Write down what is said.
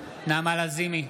נעמה לזימי,